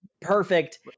perfect